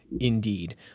Indeed